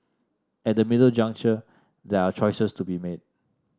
at the middle juncture there are choices to be made